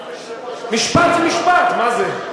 משפט זה משפט, מה זה?